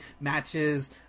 matches